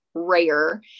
rare